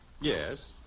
Yes